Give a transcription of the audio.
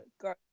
girl